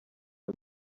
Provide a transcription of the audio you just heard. ayo